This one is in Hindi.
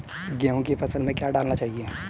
गेहूँ की फसल में क्या क्या डालना चाहिए?